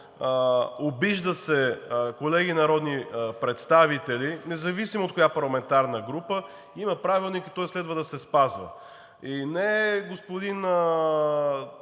обиждат се колеги народни представители, независимо от коя парламентарна група, има Правилник и той следва да се спазва. И не е господин